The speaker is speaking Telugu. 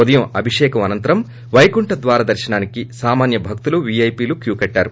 ఉదయం అభిషేకం అనంతరం వైకుంఠ ద్వార దర్శనానికి సామాన్య భక్తులు వీఐపీలు క్యూకట్టారు